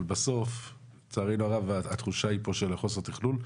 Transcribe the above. אבל בסוף לצערנו הרב התחושה היא פה של החוסר תכלול.